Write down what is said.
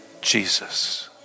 Jesus